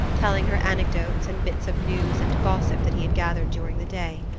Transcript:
telling her anecdotes and bits of news and gossip that he had gathered during the day.